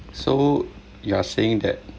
so you're saying that